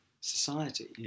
society